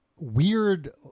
Weird